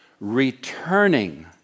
returning